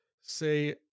say